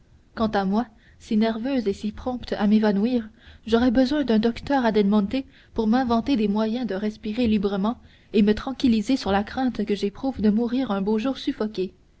quant à moi si nerveuse et si prompte à m'évanouir j'aurais besoin d'un docteur adelmonte pour m'inventer des moyens de respirer librement et me tranquilliser sur la crainte que j'éprouve de mourir un beau jour suffoquée